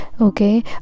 okay